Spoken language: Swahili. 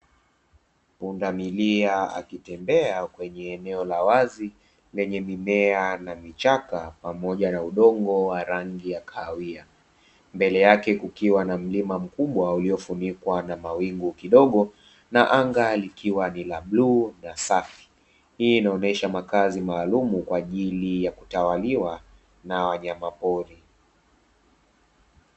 Pundamilia akitembea kwenye eneo la wazi lenye mimea na vichaka pamoja na udongo wa rangi ya kahawia. Mbele yake kukiwa na mlima mkubwa uliofunikwa na mawingu kidogo na anga likiwa ni la bluu na safi. Hii inaonyesha makazi maalumu kwa ajili ya kutawaliwa na wanyamapori.